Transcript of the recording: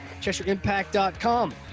CheshireImpact.com